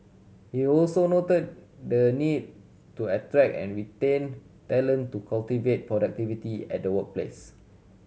he also noted the need to attract and retain talent to cultivate productivity at workplace